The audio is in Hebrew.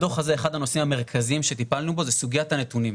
בדוח הזה אחד הנושאים המרכזיים שטיפלנו בו זה סוגיית הנתונים.